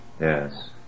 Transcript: Yes